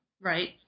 Right